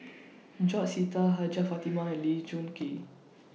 George Sita Hajjah Fatimah and Lee Choon Kee